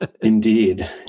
Indeed